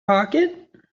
pocket